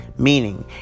Meaning